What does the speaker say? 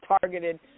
targeted